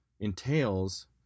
entails